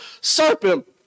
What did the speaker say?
serpent